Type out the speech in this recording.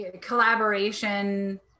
collaboration